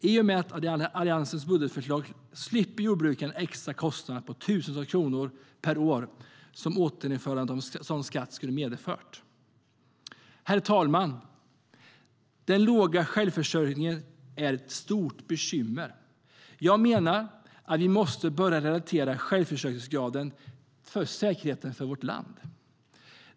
I och med Alliansens budgetförslag slipper jordbrukaren en extra kostnad på tusentals kronor per år, som återinförandet av denna skatt skulle ha medfört. Herr talman! Den låga självförsörjningsgraden är ett stort bekymmer. Jag menar att vi måste börja relatera självförsörjningsgraden till säkerheten för vårt land.